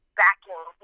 backing